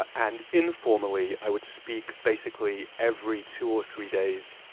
and informally i would speak basically every two or three days,